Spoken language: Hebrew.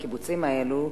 מהקיבוצים האלה,